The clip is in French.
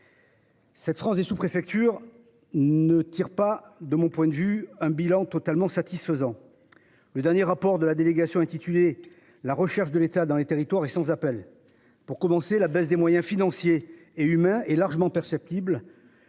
Cette France des sous-, préfectures ne tire pas de mon point de vue un bilan totalement satisfaisant. Le dernier rapport de la délégation intitulé la recherche de l'État dans les territoires et sans appel. Pour compenser la baisse des moyens financiers et humains est largement perceptible.